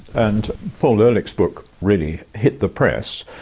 and paul ehrlich's book really hit the press.